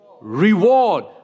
reward